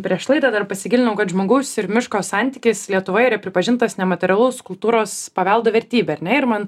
prieš laidą dar pasigilinau kad žmogaus ir miško santykis lietuvoje yra pripažintas nematerialaus kultūros paveldo vertybe ar ne ir man